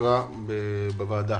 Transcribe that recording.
שהוקרא בוועדה.